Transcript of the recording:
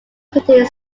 painted